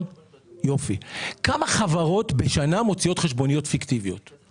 במשך שנה כמה חשבוניות פיקטיביות מוציאות חברות?